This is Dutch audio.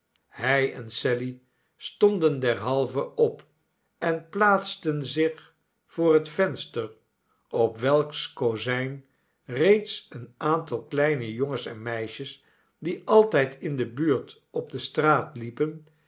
hij en sally stonden derhalve op en plaatsten zich voor het venster op welks kozijn reeds een aantal kleine jongens en meisjes die altijd in de buurt op de straat liepen